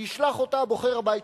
ישלח אותה הבוחר הביתה,